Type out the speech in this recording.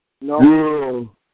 No